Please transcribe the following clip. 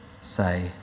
say